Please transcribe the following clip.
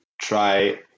try